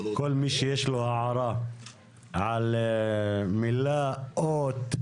כל מי שיש לו הערה על מילה, אות,